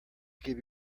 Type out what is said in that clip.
give